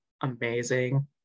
amazing